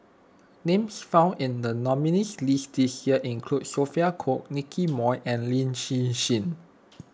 names found in the nominees' list this year include Sophia Cooke Nicky Moey and Lin Hsin Hsin